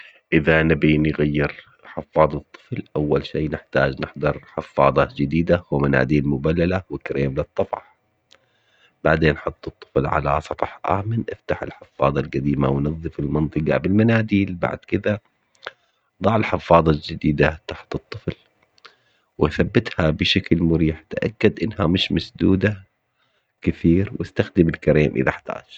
إذا نبي نغير حفاضة طفل أول شي نحتاج نحضر حفاضة جديدة ومناديل مبللة وكريم للطفح، بعدين حط الطفل على سطح آمن افتح الحفاضة القديمة ونظف المنطقة بالمناديل بعد كذة ضع الحفاضة الجديدة تحت الطفل، وثبتها بشكل مريح تأكد إنها مش مسدودة كثير واستخدم الكريم إذا احتاج.